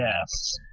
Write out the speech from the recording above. Yes